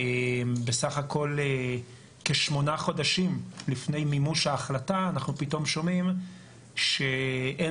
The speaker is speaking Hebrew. בסך הכול כשמונה חודשים לפני מימוש ההחלטה אנחנו פתאום שומעים שאין